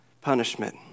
punishment